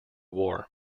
war